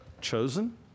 chosen